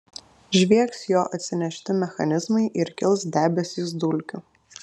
žviegs jo atsinešti mechanizmai ir kils debesys dulkių